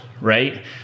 Right